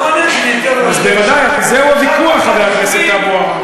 אז בוודאי, זהו הוויכוח, חבר הכנסת טלב אבו עראר.